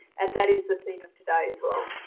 and that is the theme of today as well.